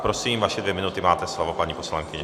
Prosím, vaše dvě minuty, máte slovo, paní poslankyně.